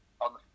on